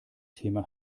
thema